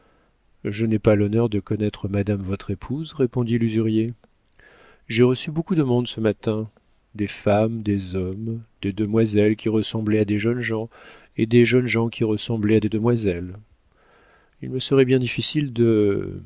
je n'ai pas l'honneur de connaître madame votre épouse répondit l'usurier j'ai reçu beaucoup de monde ce matin des femmes des hommes des demoiselles qui ressemblaient à des jeunes gens et des jeunes gens qui ressemblaient à des demoiselles il me serait bien difficile de